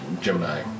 Gemini